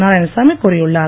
நாராயணசாமி கூறியுள்ளார்